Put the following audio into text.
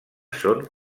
són